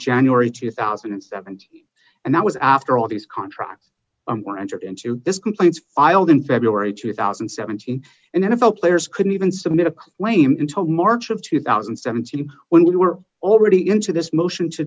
january two thousand and seven and that was after all these contracts were entered into this complaint filed in february two thousand and seventeen and n f l players couldn't even submit a claim in till march of two thousand and seventeen when we were already into this motion to